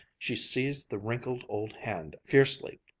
she seized the wrinkled old hand fiercely.